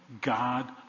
God